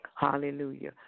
Hallelujah